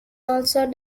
also